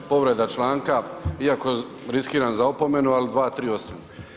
Povreda članka, iako riskiram za opomenu, ali 238.